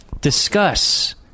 Discuss